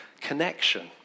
connection